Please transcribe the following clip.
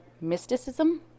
mysticism